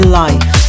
life